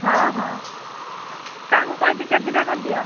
ହଁ ହଁ କାହାକୁ କହି ଟିକେଟ୍ ଦି'ଟା କରିଦିଅ